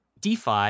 DeFi